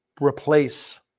replace